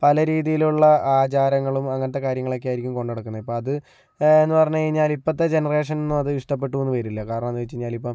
പല രീതിയിലുള്ള ആചാരങ്ങളും അങ്ങനത്തെ കാര്യങ്ങളൊക്കെ ആയിരിക്കും കൊണ്ടു നടക്കുന്നത് ഇപ്പോൾ അത് എന്ന് പറഞ്ഞു കഴിഞ്ഞാല് ഇപ്പോഴത്തെ ജനറേഷനൊന്നും അത് ഇഷ്ടപ്പെട്ടു എന്ന് വരില്ല കാരണം എന്താണെന്നു വെച്ച് കഴിഞ്ഞാല് ഇപ്പോൾ